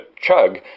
chug